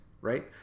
right